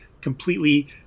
completely